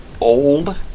old